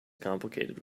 complicated